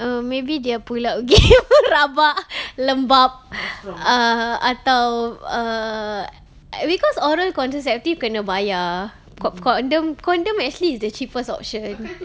err maybe their pull out game rabak lembap atau uh atau err because oral contraceptive kena bayar co~ condom condom actually is the cheapest option already